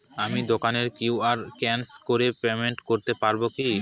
আমি দোকানে QR scan করে পেমেন্ট করতে পারবো কি?